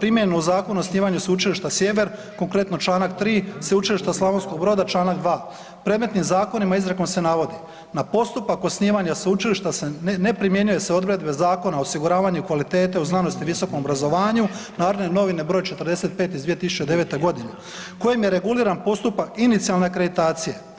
primijenjeno u zakonu o osnivanju Sveučilišta Sjever konkretno Članak 3., Sveučilišta Slavonskog Broda Članak 2. Predmetnim zakonima izrijekom se navodi, na postupak osnivanja sveučilišta se ne primjenjuju se odredbe Zakona o osiguravanju kvalitete u znanosti i visokom obrazovanju, Narodne novine broj 45 iz 2009. godine kojim je reguliran postupak inicijalne akreditacije.